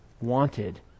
wanted